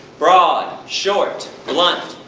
broad, short, blunt,